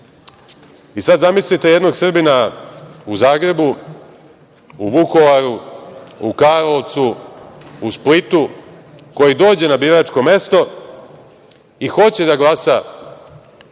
I sada zamislite jednog Srbina u Zagrebu, u Vukovaru, u Karlovcu, u Splitu koji dođe na biračko mesto i hoće da glasa